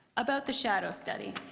about the shadow study.